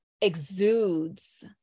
exudes